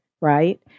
right